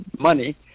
money